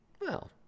Well